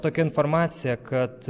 tokia informacija kad